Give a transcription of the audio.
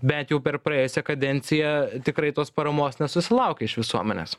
bent jau per praėjusią kadenciją tikrai tos paramos nesusilaukė iš visuomenės